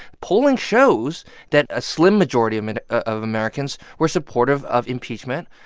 polling shows that a slim majority um and of americans were supportive of impeachment,